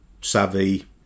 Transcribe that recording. savvy